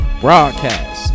broadcast